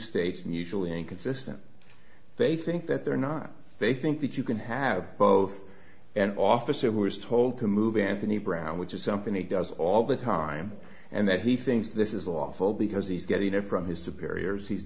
states mutually inconsistent they think that they're not they think that you can have both an officer who is told to move anthony brown which is something he does all the time and that he thinks this is lawful because he's getting it from his superiors he's